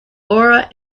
laura